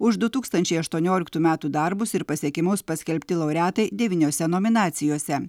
už du tūkstančiai aštuonioliktų metų darbus ir pasiekimus paskelbti laureatai devyniose nominacijose